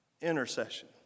intercession